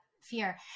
fear